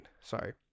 Sorry